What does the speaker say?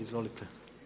Izvolite.